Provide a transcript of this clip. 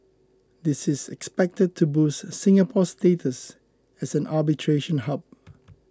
this is expected to boost Singapore's status as an arbitration hub